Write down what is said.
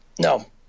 No